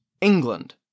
England